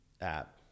app